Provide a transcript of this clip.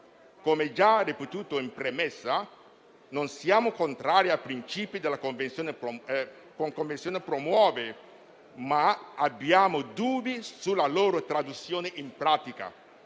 Come già ripetuto in premessa, non siamo contrari ai principi che la Convenzione promuove, ma abbiamo dubbi sulla loro traduzione in pratica.